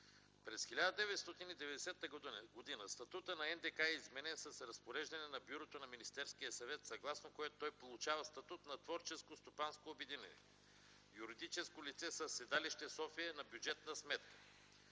През 1990 г. статутът на НДК е изменен с разпореждане на Бюрото на Министерския съвет, съгласно което той получава статут на творческо-стопанско обединение, юридическо лице със седалище София, на бюджетна сметка.